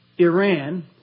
Iran